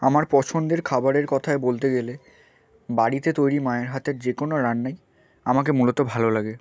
আমার পছন্দের খাবারের কথায় বলতে গেলে বাড়িতে তৈরি মায়ের হাতের যে কোনো রান্নাই আমাকে মূলত ভালো লাগে